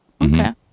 okay